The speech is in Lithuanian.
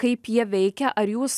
kaip jie veikia ar jūs